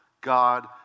God